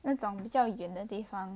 那种比较远的地方